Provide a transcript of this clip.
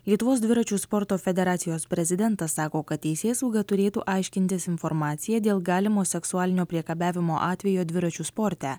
lietuvos dviračių sporto federacijos prezidentas sako kad teisėsauga turėtų aiškintis informaciją dėl galimo seksualinio priekabiavimo atvejo dviračių sporte